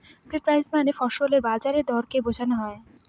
market price মানে ফসলের বাজার দরকে বোঝনো হয়